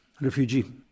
refugee